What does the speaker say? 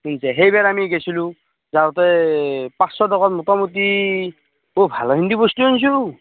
সেইবাৰ আমি গেইছিলোঁ যাওঁতে পাঁছশ টকাত মোটামুটি বহুত ভালেখিনি বস্তু আনিছোঁ